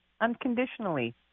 unconditionally